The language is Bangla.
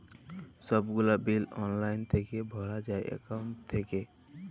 ছব গুলা বিল অললাইল থ্যাইকে ভরা যায় একাউল্ট থ্যাইকে